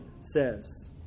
says